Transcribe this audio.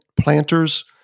planters